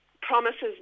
promises